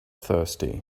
thirsty